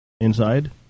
inside